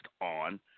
on